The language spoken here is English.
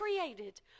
created